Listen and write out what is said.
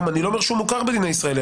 אני לא אומר שהוא מוכר היום בדין הישראלי.